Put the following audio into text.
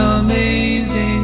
amazing